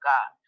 God